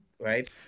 right